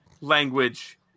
language